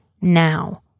now